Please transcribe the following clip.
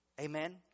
amen